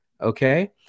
Okay